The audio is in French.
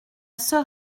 sœur